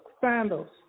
Sandals